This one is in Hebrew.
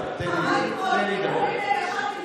ברקת, תן לי את זה, תן לי דקה.